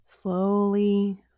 Slowly